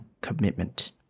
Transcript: commitment